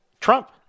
Trump